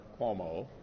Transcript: Cuomo